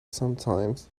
sometimes